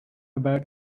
about